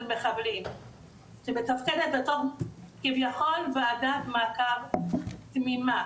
מחבלים שמתפקדת בתוך כביכול ועדת מעקב תמימה